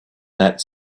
that